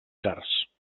cars